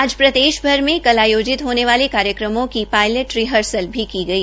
आज प्रदेश भर में कल आयोजित होने वाले कार्यक्रमों की पायलट रिर्हसल भी की गई